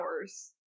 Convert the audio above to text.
hours